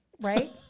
Right